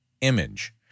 image